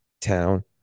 town